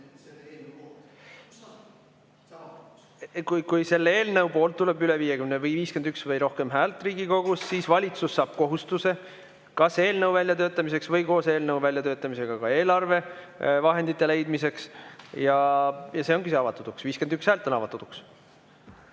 Kui selle eelnõu poolt tuleb Riigikogus 51 või rohkem häält, siis saab valitsus kohustuse kas eelnõu väljatöötamiseks või koos eelnõu väljatöötamisega ka eelarvevahendite leidmiseks. See ongi see avatud uks, 51 häält on avatud uks.